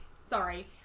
Sorry